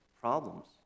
problems